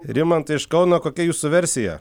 rimantai iš kauno kokia jūsų versija